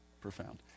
profound